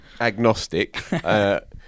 agnostic